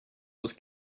was